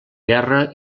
guerra